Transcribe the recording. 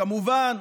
כמובן,